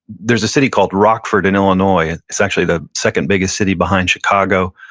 there's a city called rockford in illinois, it's actually the second biggest city behind chicago,